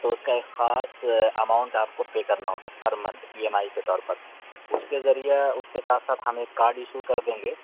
تو اس کا ایک خاص اماؤنٹ آپ کو پے کرنا ہوگا ہر منتھ ای ایم آئی کے طور پر اس کے ذریعہ اس کے ساتھ ساتھ ہم ایک کارڈ ایشو کر دیں گے